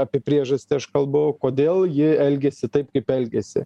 apie priežastį aš kalbu kodėl ji elgiasi taip kaip elgiasi